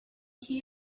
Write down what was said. key